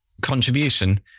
contribution